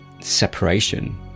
separation